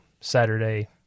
Saturday